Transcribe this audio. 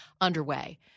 underway